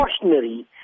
cautionary